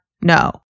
no